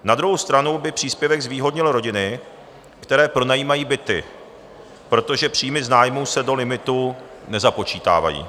Na druhou stranu by příspěvek zvýhodnil rodiny, které pronajímají byty, protože příjmy z nájmů se do limitu nezapočítávají.